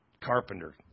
carpenter